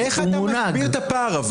אבל איך אתה מסביר את הפער?